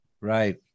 right